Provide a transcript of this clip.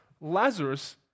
Lazarus